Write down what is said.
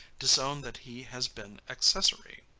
disown that he has been accessary.